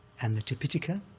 and the tipitaka